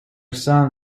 some